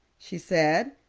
she said,